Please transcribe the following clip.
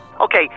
Okay